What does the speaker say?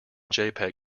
jpeg